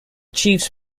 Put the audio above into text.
chiefs